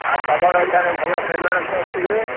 ଆଉ ତୁମ ପାଖରେ ଭଲ ଟେଲର କିଏ ଅଛି କି